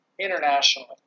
internationally